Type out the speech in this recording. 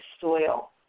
soil